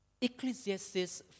Ecclesiastes